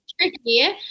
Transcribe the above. tricky